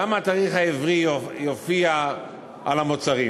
גם התאריך העברי יופיע על המוצרים,